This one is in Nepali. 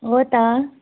हो त